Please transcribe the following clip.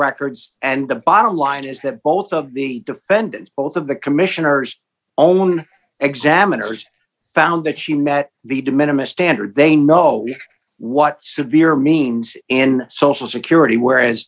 records and the bottom line is that both of the defendants both of the commissioners own examiners found that she met the de minimus standard they know what severe means and social security whereas